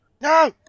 No